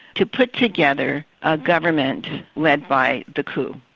to put together a government led by the coup.